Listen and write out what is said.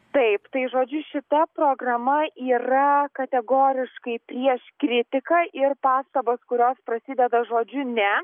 taip tai žodžiu šita programa yra kategoriškai prieš kritiką ir pastabas kurios prasideda žodžiu ne